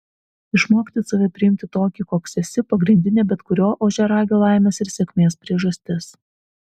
išmokti save priimti tokį koks esi pagrindinė bet kurio ožiaragio laimės ir sėkmės priežastis